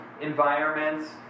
environments